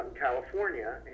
California